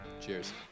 Cheers